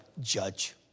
judge